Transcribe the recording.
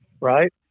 right